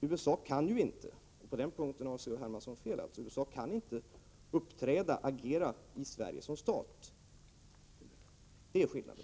USA kan inte — på den punkten har C.-H. Hermansson fel — agera i Sverige som stat. Det är skillnaden.